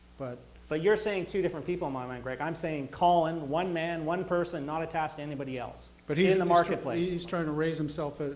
but but you're saying two different people, i mean greg. i'm saying, colin, one man, one person not attached to anybody else but he's in the marketplace. he's trying to raise himself.